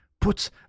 puts